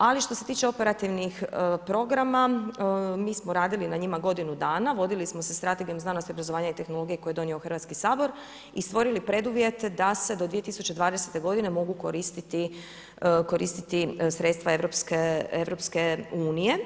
Ali što se tiče operativnih programa mi smo radili na njima godinu dana, vodili smo se Strategijom znanosti, obrazovanja i tehnologije koju je donio Hrvatski sabor i stvorili preduvjete da se do 2020. godine mogu koristiti sredstva EU.